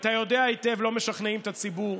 אתה יודע היטב, לא משכנעים את הציבור,